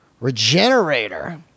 regenerator